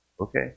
Okay